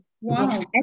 Wow